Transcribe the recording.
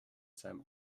seinem